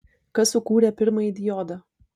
kas sukūrė pirmąjį diodą